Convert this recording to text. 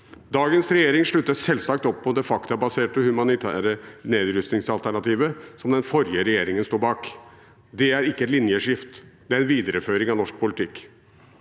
Dagens regjering slutter selvsagt opp om det faktabaserte og humanitære nedrustningsalternativet som den forrige regjeringen sto bak. Det er ikke et linjeskifte, det er en videreføring av norsk politikk.